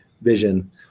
vision